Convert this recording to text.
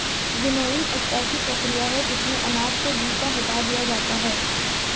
winnowing एक ऐसी प्रक्रिया है जिसमें अनाज से भूसा हटा दिया जाता है